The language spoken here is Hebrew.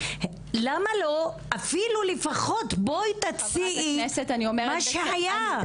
אפילו לפחות בואי תציעי מה שהיה.